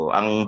ang